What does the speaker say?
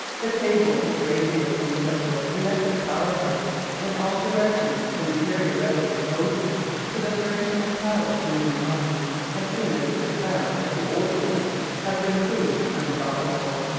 the cables which radiate from the central electric power-house in all directions can be very readily devoted to the furnishing of power to new mines as soon as it is found that the older ones have been proved unprofitable.